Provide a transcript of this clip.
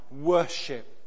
worship